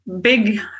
big